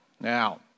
Now